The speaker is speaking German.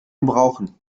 gebrauchen